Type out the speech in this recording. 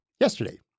yesterday